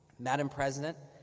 madam president,